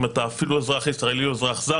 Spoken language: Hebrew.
אם אתה אפילו אזרח ישראלי או אזרח זר.